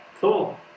cool